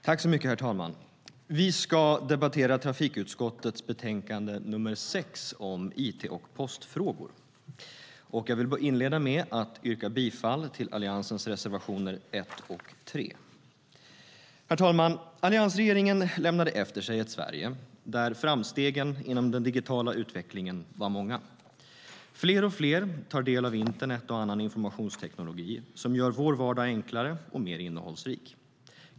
Herr talman! Vi ska debattera trafikutskottets betänkande nr 6 om it och postfrågor. Jag vill inleda med att yrka bifall till Alliansens reservationer 1 och 3. Herr talman! Alliansregeringen lämnade efter sig ett Sverige där framstegen inom den digitala utvecklingen var många. Fler och fler tar del av internet och annan informationsteknologi som gör vår vardag enklare och mer innehållsrik.